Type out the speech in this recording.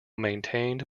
maintained